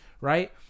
right